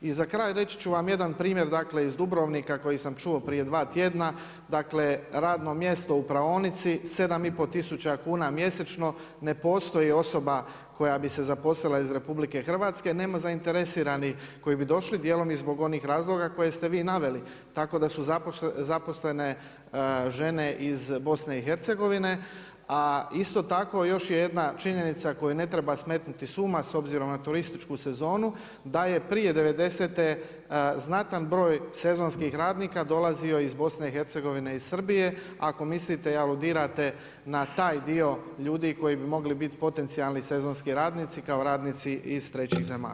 I za kraj reći ću vam jedan primjer, dakle iz Dubrovnika koji sam čuo prije dva tjedna, dakle radno mjesto u praonici, 7 i pol tisuća kuna mjesečno, ne postoji osoba koja bi se zaposlila iz RH, nema zainteresiranih koji bi došli, dijelom i zbog onih razloga koje ste vi naveli, tako da su zaposlene žene iz BIH, a isto tako, još je jedna činjenica koju ne treba smetnuti s uma, s obzirom na turističku sezonu, da je prije 90' znatan broj sezonskih radnika dolazio iz BIH i Srbije, ako mislite i aludirate na taj dio ljudi koji bi mogli biti potencijalni sezonski radnici kao radnici iz trećih zemalja.